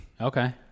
okay